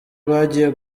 bagiye